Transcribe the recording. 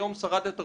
היום שרת התרבות,